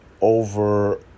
over